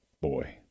Boy